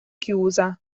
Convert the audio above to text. chiusa